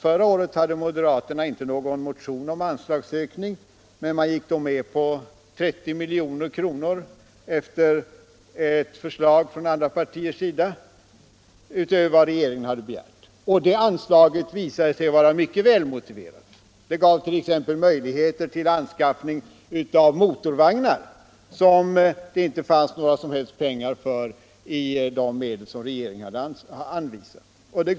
Förra året hade moderaterna inte någon motion om anslagsökning, men man gick ändå med på 30 milj.kr. utöver vad regeringen begärt, efter ett förslag från andra partiers sida. Det anslaget visade sig vara mycket välmotiverat. Det gav t.ex. möjligheter till anskaffning av motorvagnar, som det inte fanns några som helst pengar för i de medel som regeringen ville anvisa.